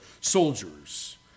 soldiers